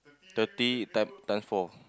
thirty time times four